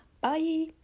bye